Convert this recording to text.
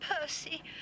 Percy